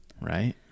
Right